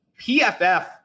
PFF